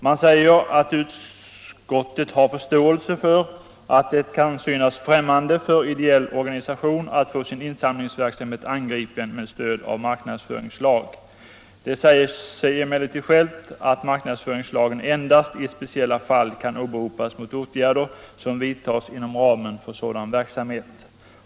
Man säger att utskottet har ”förståelse för att det kan synas främmande för en ideell organisation att få sin insamlingsverksamhet angripen med stöd av en marknadsföringslag. Det säger sig emellertid självt att marknadsföringslagen endast i speciella fall kan åberopas mot åtgärder som vidtas inom ramen för sådan verksamhet.